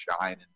shine